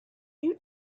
you